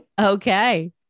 Okay